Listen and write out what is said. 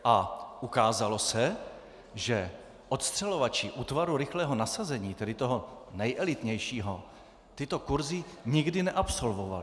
A ukázalo se, že odstřelovači Útvaru rychlého nasazení, tedy toho nejelitnějšího, tyto kursy nikdy neabsolvovali.